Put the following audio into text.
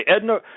Edna